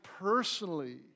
personally